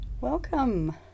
welcome